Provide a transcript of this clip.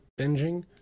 binging